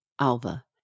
Alva